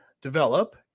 develop